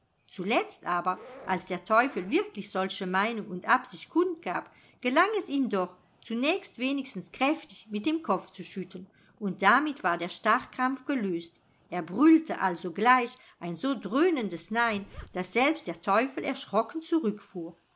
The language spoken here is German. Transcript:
zuletzt aber als der teufel wirklich solche meinung und absicht kund gab gelang es ihm doch zunächst wenigstens kräftig mit dem kopf zu schütteln und damit war der starrkrampf gelöst er brüllte allsogleich ein so dröhnendes nein daß selbst der teufel erschrocken zurückfuhr